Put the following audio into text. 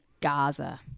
Gaza